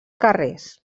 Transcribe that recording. carrers